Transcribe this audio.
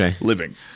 Living